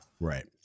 Right